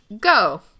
Go